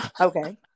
Okay